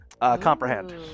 Comprehend